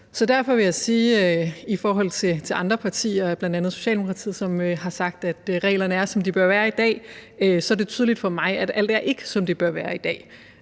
Derfor vil jeg sige, at i forhold til det, andre partier, bl.a. Socialdemokratiet, har sagt om, at reglerne er, som de bør være, i dag, er det tydeligt for mig, at alt ikke er, som det bør være, i dag.